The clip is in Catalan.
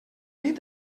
dit